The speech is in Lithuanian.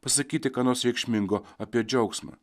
pasakyti ką nors reikšmingo apie džiaugsmą